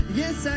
yes